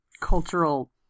cultural